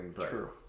True